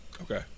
Okay